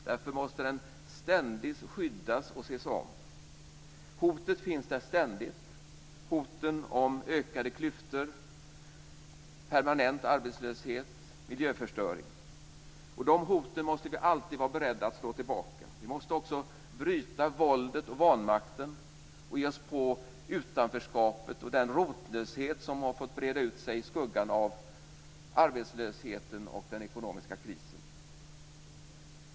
Därför måste den ständigt skyddas och ses om. Hoten finns där ständigt: hoten om ökade klyftor, permanent arbetslöshet och miljöförstöring. De hoten måste vi alltid vara beredda att slå tillbaka. Vi måste också vara beredda att bryta våldet och vanmakten och ge oss på utanförskapet och den rotlöshet som har fått breda ut sig i skuggan av arbetslösheten och den ekonomiska krisen.